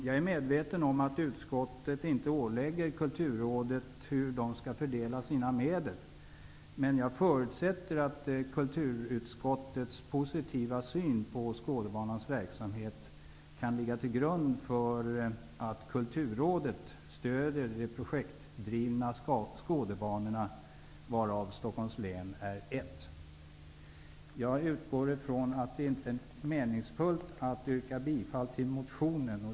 Jag är medveten om att utskottet inte ålägger Kulturrådet hur medlen skall fördelas. Men jag förutsätter att kulturutskottets positiva syn på Skådebanans verksamhet kan ligga till grund för att Kulturrådet stödjer de projektdrivna skådebanorna, varav Skådebanan i Stockholms län är en. Jag utgår från att det inte är meningsfullt att yrka bifall till motionen.